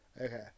Okay